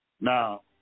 Now